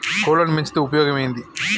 కోళ్లని పెంచితే ఉపయోగం ఏంది?